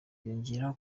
yongeyeho